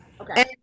okay